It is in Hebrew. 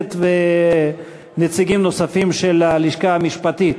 הכנסת ונציגים נוספים של הלשכה המשפטית